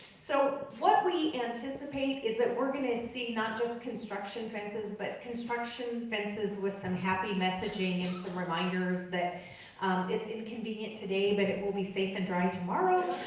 so what we anticipate is that we're gonna and see not just construction fences but construction fences with some happy messaging and some reminders that inconvenient today but it will be safe and dry tomorrow.